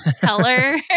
color